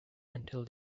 until